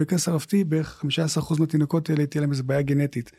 בקע סרעפתי בערך 15% התינוקות תהיה להם איזה בעיה גנטית